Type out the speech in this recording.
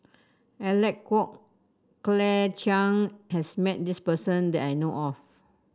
Alec Kuok Claire Chiang has met this person that I know of